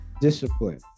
discipline